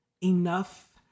enough